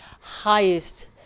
highest